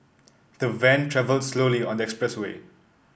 the van travelled slowly on expressway